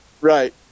Right